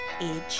age